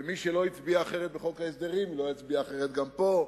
ומי שלא הצביע אחרת בחוק ההסדרים לא יצביע אחרת גם פה,